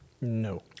no